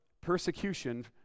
persecution